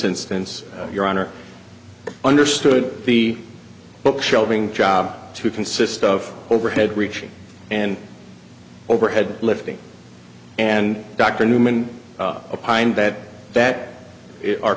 instance your honor understood the book shelving job to consist of overhead reaching and overhead lifting and dr newman a pine bed that are